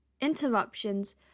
interruptions